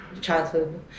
childhood